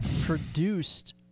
Produced